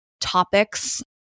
topics